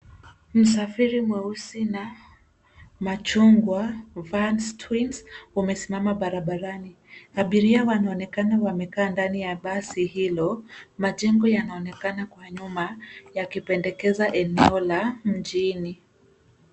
Msafiri mweusi na machungwa vans twins umesimama barabarani. Abiria wanaonekana wamekaa ndani ya basi hilo. Majengo yanaonekana kwa nyuma yakipendekeza eneo la mjini.